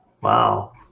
wow